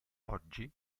oggi